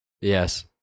yes